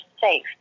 safe